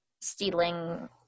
Stealing